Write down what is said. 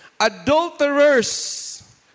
Adulterers